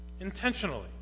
Intentionally